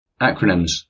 Acronyms